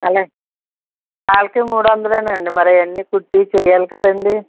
hello వాళ్ళకీ మూడొందలేనండి మరి అవన్నీకుట్టీ చెయ్యాలి కదండీ